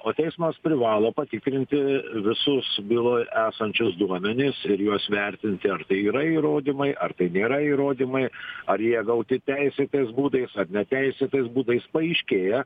teismas privalo patikrinti visus byloj esančius duomenis ir juos vertinti ar tai yra įrodymai ar tai nėra įrodymai ar jie gauti teisėtais būdais neteisėtais būdais paaiškėja